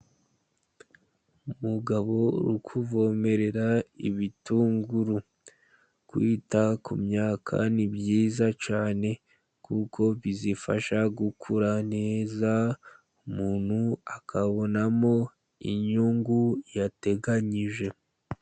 Umugabo uri kuvomerera ibitunguru, kwita ku myaka ni byiza cyane kuko bizifasha gukura neza umuntu akabonamo inyungu yateganyije.